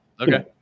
okay